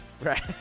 right